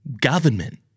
Government